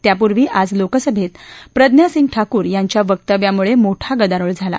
त्यापूर्वी आज लोकसभेत प्रज्ञा सिंह ठाकूर यांच्या वक्तव्यामुळे मोठा गदारोळ झाला